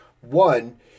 one